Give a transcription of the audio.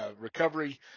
Recovery